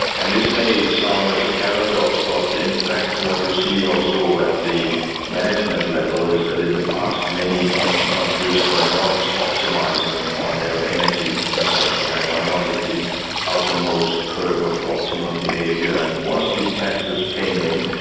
and this may sound as a paradox, but in fact what you see also at the management level is that in the past, many countries were not optimising on their energy consumption, and were not at the outermost curve of optimal behaviour. and once these taxes came in,